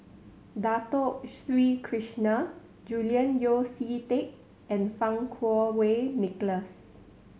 Dato Sri Krishna Julian Yeo See Teck and Fang Kuo Wei Nicholas